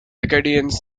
acadians